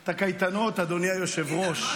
את הקייטנות, אדוני היושב-ראש.